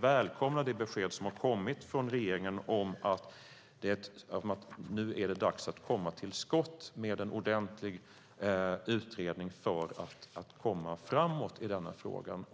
välkomnar det besked som har kommit från regeringen om att det är dags att komma till skott med en ordentlig utredning för att komma framåt i denna fråga.